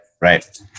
Right